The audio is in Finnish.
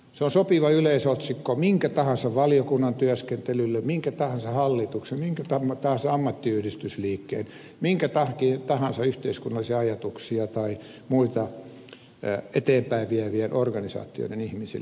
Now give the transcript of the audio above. se on sopiva yleisotsikko minkä tahansa valiokunnan työskentelylle minkä tahansa hallituksen minkä tahansa ammattiyhdistysliikkeen minkä tahansa yhteiskunnallisia ajatuksia tai muita eteenpäin vievien organisaatioiden ihmisille